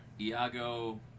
Iago